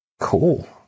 Cool